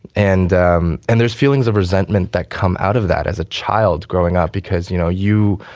and um and there's feelings of resentment that come out of that as a child growing up, because, you know, you,